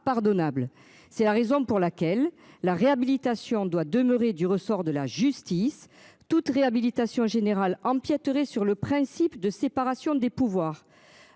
C'est la raison pour laquelle la réhabilitation doit demeurer du ressort de la justice toute réhabilitation générale empiéterait sur le principe de séparation des pouvoirs.